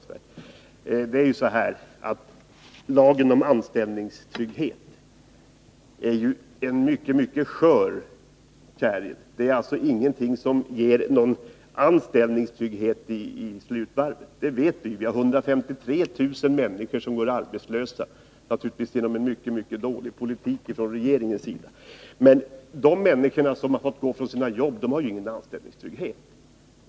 Men förhållandet är ju det att lagen om anställningstrygghet är ett mycket skört käril. Den är ingenting som ger någon anställningstrygghet i slutvarvet, det vet vi. 153 000 människor går arbetslösa, naturligtvis till följd av en mycket dålig politik från regeringens sida. De människor som har fått gå från sina jobb har ingen anställningstrygghet.